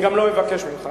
וגם לא אבקש ממך.